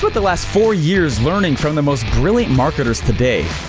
but the last four years learning from the most brilliant marketers today.